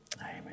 Amen